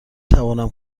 تونم